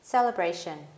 Celebration